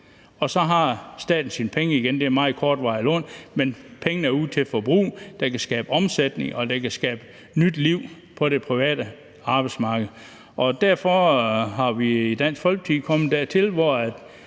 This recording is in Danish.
og så har staten sine penge igen. Det er et meget kortvarigt lån, men pengene er ude til forbrug, der kan skabe omsætning, og der kan skabe nyt liv på det private arbejdsmarked. Kl. 14:41 Derfor er vi i Dansk Folkeparti kommet dertil, hvor